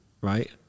right